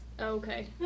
Okay